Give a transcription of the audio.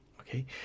Okay